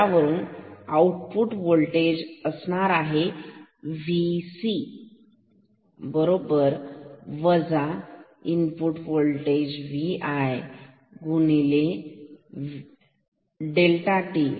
तर यावरून V0 असणार आहे या Vc बरोबर Vi ∆tRc